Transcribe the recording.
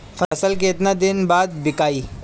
फसल केतना दिन बाद विकाई?